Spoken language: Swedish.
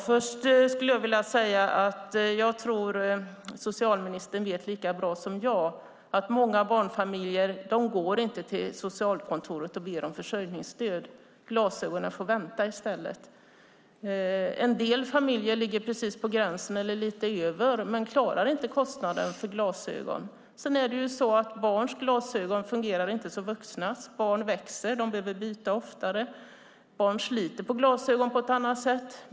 Fru talman! Jag tror att socialministern vet lika bra som jag att många barnfamiljer inte går till socialkontoret och ber om försörjningsstöd. Glasögonen får vänta i stället. Andra familjer ligger precis på gränsen eller lite över men klarar inte kostnaden för glasögon. Barns glasögon fungerar heller inte som vuxnas. Barn växer. De behöver byta oftare. Barn sliter på glasögon på ett annat sätt.